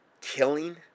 killing